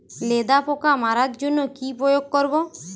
লেদা পোকা মারার জন্য কি প্রয়োগ করব?